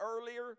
earlier